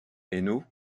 hainaut